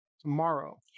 tomorrow